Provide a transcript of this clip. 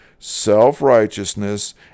self-righteousness